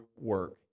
work